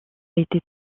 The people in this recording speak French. été